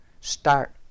start